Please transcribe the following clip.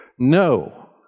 No